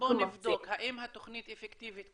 אז בואי נבדוק האם התוכנית אפקטיבית,